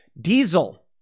Diesel